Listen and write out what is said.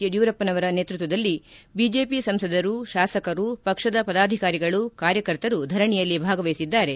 ಯಡಿಯೂರಪ್ಪನವರ ನೇತೃತ್ವದಲ್ಲಿ ಬಿಜೆಪಿ ಸಂಸದರು ಶಾಸಕರು ಪಕ್ಷದ ಪದಾಧಿಕಾರಿಗಳು ಕಾರ್ಯಕರ್ತರು ಧರಣೆಯಲ್ಲಿ ಭಾಗವಹಿಸಿದ್ದಾರೆ